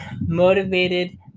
motivated